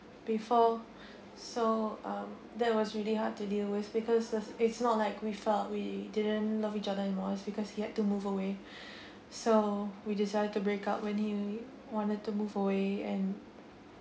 before so um that was really hard to deal with because is it's not like we felt we didn't love each other anymore is because he had to move away so we decide to break up when he wanted to move away and